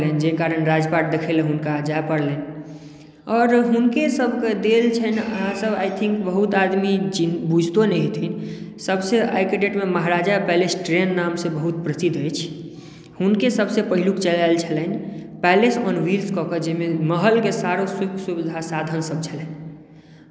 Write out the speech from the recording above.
देहान्त भऽ गेलनि जाहि कारण राजपाट देखै लेल जाय पड़लनि आओर हुनके सभक देल छनि अहाँ सभ आइ थिन्क बहुत आदमी चिन्हतो बुझितो नहि हेथीन सबसॅं आइके डेट मे महाराजा पैलेस ट्रेन नामसँ बहुत प्रसिद्ध अछि हुनके सभसँ पहिलुक चलायल छलनि पैलेस ऑन व्हील कऽ कऽ जाहि मे महलक सभटा सुख सुविधा साधन सभ छलनि